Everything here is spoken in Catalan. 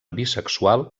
bisexual